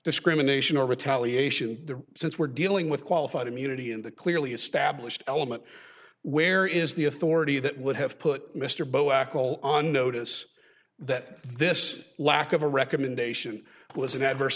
discrimination or retaliation the since we're dealing with qualified immunity and the clearly established element where is the authority that would have put mr boac all on notice that this lack of a recommendation was an adverse